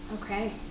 Okay